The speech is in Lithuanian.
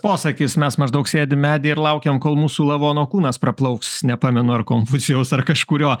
posakis mes maždaug sėdim medyje ir laukiam kol mūsų lavono kūnas praplauks nepamenu ar konfucijaus ar kažkurio